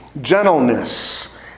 gentleness